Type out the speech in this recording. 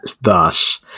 thus